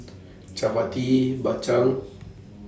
Chappati Bak Chang